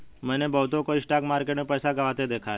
मैंने बहुतों को स्टॉक मार्केट में पैसा गंवाते देखा हैं